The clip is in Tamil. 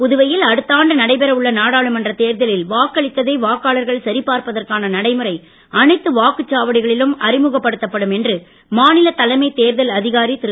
புதுவையில் அடுத்தாண்டு நடைபெறவுள்ள நாடாளுமன்ற தேர்தலில் வாக்களித்ததை வாக்காளர்கள் சரிப்பார்ப்பதற்கான நடைமுறை அனைத்து வாக்குச்சாவடிகளிலும் அறிமுகப்படுத்தப்படும் என்று மாநில தலைமை தேர்தல் அதிகாரி திரு